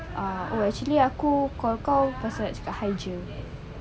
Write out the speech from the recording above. ah oh actually aku call kau pasal cakap hygiene